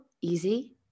easy